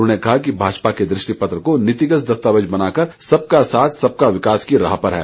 उन्होंने कहा कि भाजपा के दृष्टिपत्र को नीतिगत दस्तावेज बनाकर सबका साथ सबका विकास की राह पर है